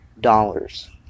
dollars